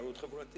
סולידריות חברתית.